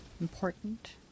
important